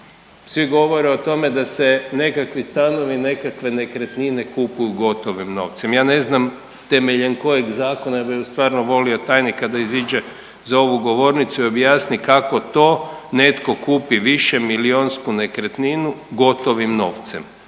svi govore o tome da se nekakvi stanovi i nekakve nekretnine kupuju gotovim novcem, ja ne znam temeljem kojeg zakona, ja bi stvarno volio tajnika da iziđe za ovu govornicu i objasni kako to netko kupi višemilijunsku nekretninu gotovim novcem